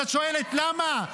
אז את שואלת למה?